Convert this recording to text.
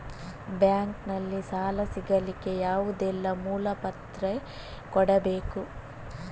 Bank ನಲ್ಲಿ ಸಾಲ ಸಿಗಲಿಕ್ಕೆ ಯಾವುದೆಲ್ಲ ಮೂಲ ಪ್ರತಿ ಕೊಡಬೇಕು?